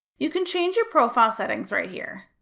you can change your profile settings right here.